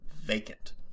vacant